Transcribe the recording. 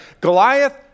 Goliath